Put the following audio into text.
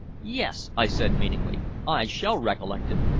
yes, i said meaningly, i shall recollect it.